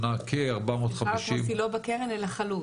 סליחה, מוסי, לא בקרן אלא חלוט.